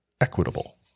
equitable